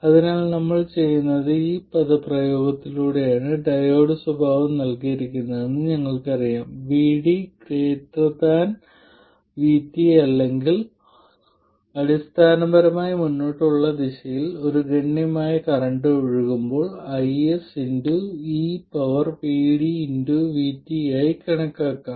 അതിനാൽ ഇപ്പോൾ നമ്മൾ ചെയ്യുന്നത് ഈ പദപ്രയോഗത്തിലൂടെയാണ് ഡയോഡ് സ്വഭാവം നൽകിയിരിക്കുന്നതെന്ന് ഞങ്ങൾക്കറിയാം VD Vt അല്ലെങ്കിൽ അടിസ്ഥാനപരമായി മുന്നോട്ടുള്ള ദിശയിൽ ഒരു ഗണ്യമായ കറന്റ് ഒഴുകുമ്പോൾ ഇത് IS eVdVt ആയി കണക്കാക്കാം